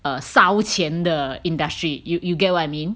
err 烧钱的 industry you you get what I mean